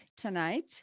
tonight